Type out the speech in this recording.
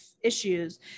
issues